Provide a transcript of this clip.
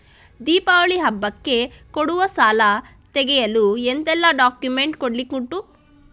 ದೀಪಾವಳಿ ಹಬ್ಬಕ್ಕೆ ಕೊಡುವ ಸಾಲ ತೆಗೆಯಲು ಎಂತೆಲ್ಲಾ ಡಾಕ್ಯುಮೆಂಟ್ಸ್ ಕೊಡ್ಲಿಕುಂಟು?